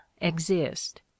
exist